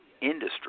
industry